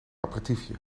aperitiefje